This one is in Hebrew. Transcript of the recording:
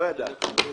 לא ידענו.